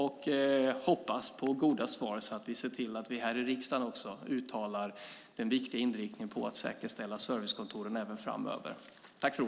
Jag hoppas på goda svar, så att vi ser till att här i riksdagen uttala den viktiga inriktningen om att säkerställa servicekontoren även framöver.